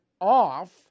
off